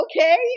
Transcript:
okay